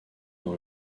dans